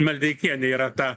maldeikienė yra tą